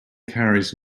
carries